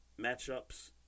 matchups